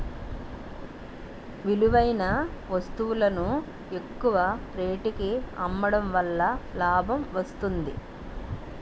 విలువైన వస్తువులను ఎక్కువ రేటుకి అమ్మడం వలన లాభం వస్తుంది